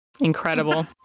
Incredible